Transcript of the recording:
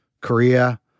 Korea